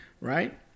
right